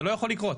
זה לא יכול לקרות.